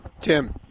Tim